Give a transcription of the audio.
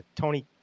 Tony